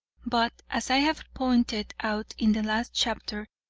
but, as i have pointed out in the last chapter,